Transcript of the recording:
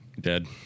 Dead